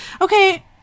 Okay